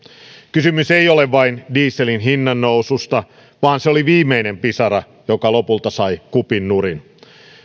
kysymys ei ole vain dieselin hinnannoususta vaan se oli viimeinen pisara joka lopulta sai kupin nurin